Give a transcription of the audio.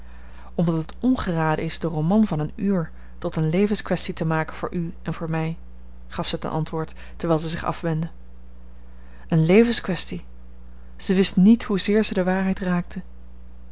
omdat het ongeraden is den roman van een uur tot eene levenskwestie te maken voor u en voor mij gaf zij ten antwoord terwijl zij zich afwendde een levenskwestie zij wist niet hoezeer zij de waarheid raakte